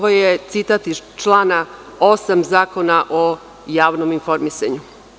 Ovo je citat iz člana 8. Zakona o javnom informisanju.